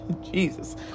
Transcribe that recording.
Jesus